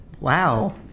Wow